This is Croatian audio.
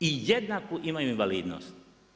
I jednaku imaju invalidnost.